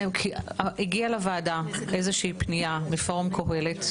הגיעה לוועדה פנייה מפורום קהלת.